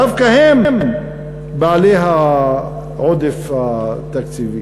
דווקא הם בעלי העודף התקציבי.